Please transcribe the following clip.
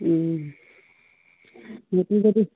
নতুন যদি